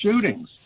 shootings